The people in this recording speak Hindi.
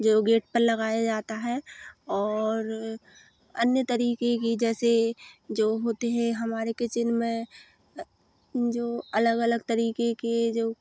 जो गेट पर लगाया जाता है और अन्य तरीके की जैसे जो होते हैं हमारे किचन में जो अलग अलग तरीके के जो